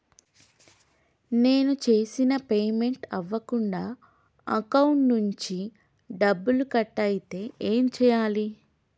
నేను చేసిన పేమెంట్ అవ్వకుండా అకౌంట్ నుంచి డబ్బులు కట్ అయితే ఏం చేయాలి?